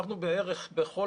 בכל